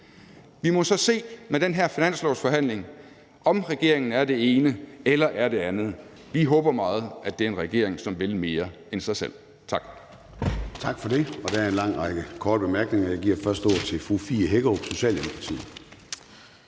Vi må så se med den her finanslovsforhandling, om regeringen er det ene eller er det andet. Vi håber meget, at det er en regering, som vil mere end sig selv. Tak.